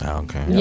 okay